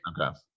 Okay